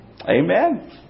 Amen